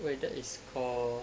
wait that is called